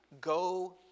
Go